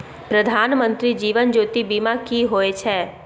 प्रधानमंत्री जीवन ज्योती बीमा की होय छै?